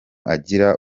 agira